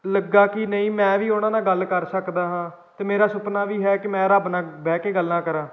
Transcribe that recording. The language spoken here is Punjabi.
ਲੱਗਿਆ ਕਿ ਨਹੀਂ ਮੈਂ ਵੀ ਉਹਨਾਂ ਨਾਲ ਗੱਲ ਕਰ ਸਕਦਾ ਹਾਂ ਅਤੇ ਮੇਰਾ ਸੁਪਨਾ ਵੀ ਹੈ ਕਿ ਮੈਂ ਰੱਬ ਨਾਲ ਬਹਿ ਕੇ ਗੱਲਾਂ ਕਰਾਂ